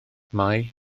mae